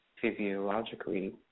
Physiologically